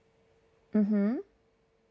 mm hmm